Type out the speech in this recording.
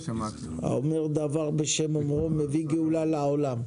האומר דבר בשם אומרו מביא גאולה לעולם.